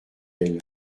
elle